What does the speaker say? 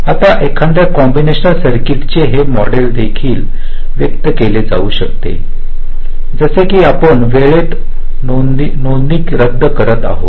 आता एखाद्या combinational circuit चे हे मॉडेल देखील व्यक्त केले जाऊ शकते जसे की आपण वेळेत नोंदणी रद्द करत आहात